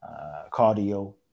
cardio